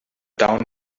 down